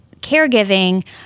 caregiving